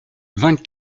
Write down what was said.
vingt